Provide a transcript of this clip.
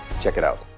check it out.